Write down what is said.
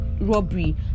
robbery